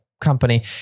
company